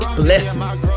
blessings